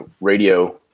radio